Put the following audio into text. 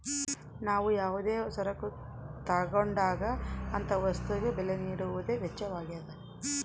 ನಾವು ಯಾವುದೇ ಸರಕು ತಗೊಂಡಾಗ ಅಂತ ವಸ್ತುಗೆ ಬೆಲೆ ನೀಡುವುದೇ ವೆಚ್ಚವಾಗ್ಯದ